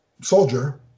soldier